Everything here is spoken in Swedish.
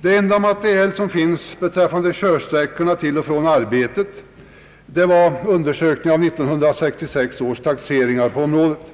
Det enda material som finns beträffande körsträckorna till och från arbetet är undersökningar av 1966 års taxeringar på området.